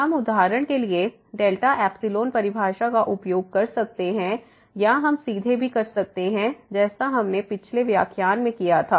हम उदाहरण के लिए डेल्टा एप्सिलॉन परिभाषा का उपयोग कर सकते हैं या हम सीधे भी कर सकते हैं जैसा हमने पिछले व्याख्यान में किया था